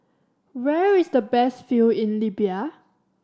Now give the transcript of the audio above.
where is the best view in Libya